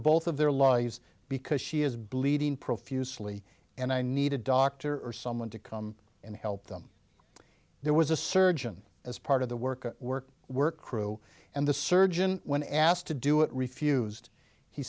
both of their lives because she is bleeding profusely and i need a doctor or someone to come and help them there was a surgeon as part of the work work work crew and the surgeon when asked to do it refused he